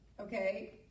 okay